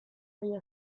degli